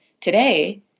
Today